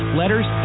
letters